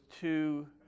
two